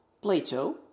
plato